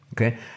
Okay